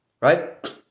right